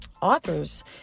authors